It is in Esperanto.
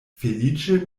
feliĉe